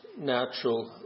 natural